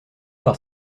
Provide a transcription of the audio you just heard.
par